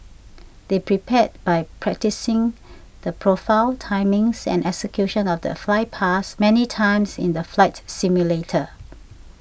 they prepared by practising the profile timings and execution of the flypast many times in the flight simulator